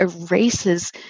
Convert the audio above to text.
erases